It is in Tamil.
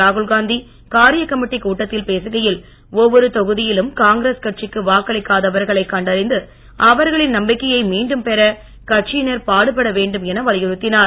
ராகுல்காந்தி காரிய கமிட்டி கட்டத்தில் பேசுகையில் ஒவ்வொரு தொகுதியிலும் காங்கிரஸ் கட்சிக்கு வாக்களிக்கா தவர்களை கண்டறிந்து அவர்களின் நம்பிக்கையை மீண்டும் பெற கட்சியினர் பாடுபட வேண்டும் என வலியுறுத்தினார்